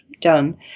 done